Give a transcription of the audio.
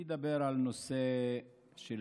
אני אדבר על נושא החינוך.